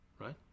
right